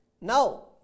Now